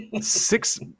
six